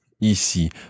ici